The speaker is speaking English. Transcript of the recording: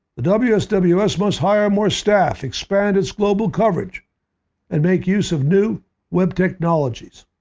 the wsws wsws must hire more staff, expand its global coverage and make use of new web technologies.